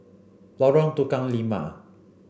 Lorong Tukang Lima